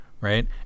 right